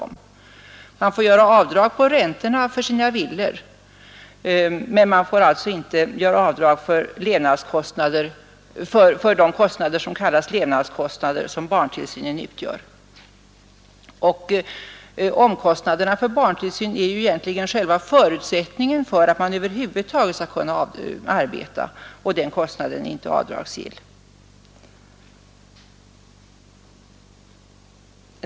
Man får göra avdrag för räntorna på sin villa men inte för de kostnader som barntillsynen medför och som kallas levnadskostnader. Omkostnaderna för barntillsyn är själva förutsättningen för att man över huvud taget skall kunna arbeta, och de är inte avdragsgilla.